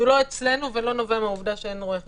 שהוא לא אצלנו ולא נובע מהעובדה שאין רואה חשבון.